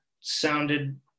sounded